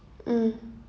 mm